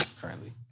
currently